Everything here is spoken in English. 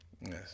Yes